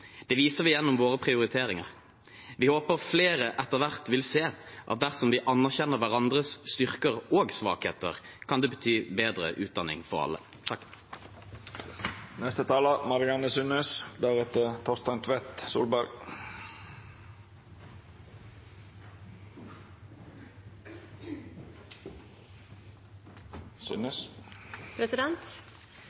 Det viser vi gjennom våre prioriteringer. Vi håper flere etter hvert vil se at dersom vi anerkjenner hverandres styrker og svakheter, kan det bety bedre utdanning for alle.